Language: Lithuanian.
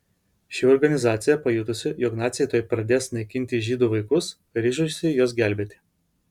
ši organizacija pajutusi jog naciai tuoj pradės naikinti žydų vaikus ryžosi juos gelbėti